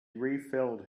refilled